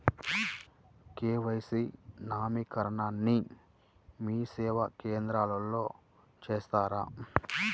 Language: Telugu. కే.వై.సి నవీకరణని మీసేవా కేంద్రం లో చేస్తారా?